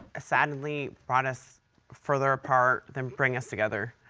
sadly brought us further apart than bring us together.